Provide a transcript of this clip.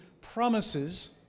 promises